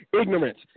ignorance